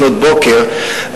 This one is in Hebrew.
לפנות בוקר,